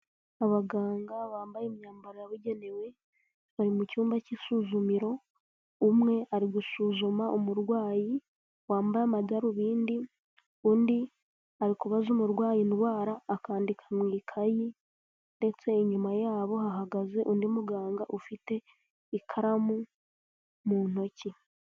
Abaganga bambaye imyambaro yabugenewe bari mu cyumba cy'isuzumiro; umwe ari gusuzuma umurwayi wambaye amadarubindi, undi arikuba umurwayi indwara akandika mu ikayi ndetse inyuma yabo hahagaze undi muganga ufite ikaramu mu ntoki.